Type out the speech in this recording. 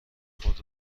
خود